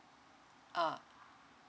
uh